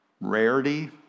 rarity